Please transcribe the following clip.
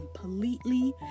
completely